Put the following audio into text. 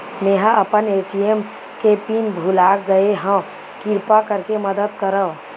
मेंहा अपन ए.टी.एम के पिन भुला गए हव, किरपा करके मदद करव